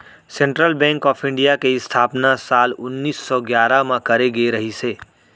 central bank of India के इस्थापना साल उन्नीस सौ गियारह म करे गे रिहिस हे